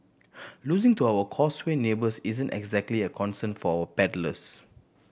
losing to our Causeway neighbours isn't exactly a concern for our paddlers